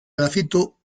grafito